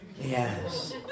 Yes